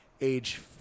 age